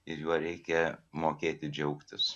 ir juo reikia mokėti džiaugtis